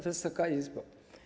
Wysoka Izbo!